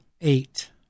eight